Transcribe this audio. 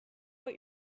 what